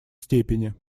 степени